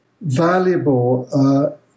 valuable